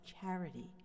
charity